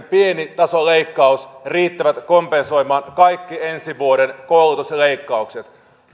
pienin tasoleikkaus riittävät kompensoimaan kaikki ensi vuoden koulutusleikkaukset